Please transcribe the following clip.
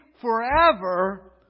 forever